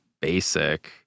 basic